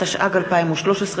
התשע"ג 2013,